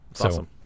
awesome